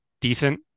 decent